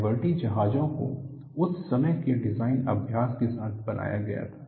liberty जहाजों को उस समय के डिजाइन अभ्यास के साथ बनाया गया था